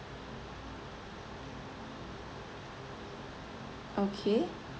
okay